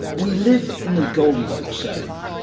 we live in the goldilocks zone.